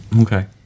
Okay